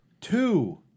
Two